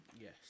Yes